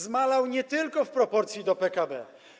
Zmalał nie tylko w proporcji do PKB.